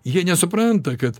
jie nesupranta kad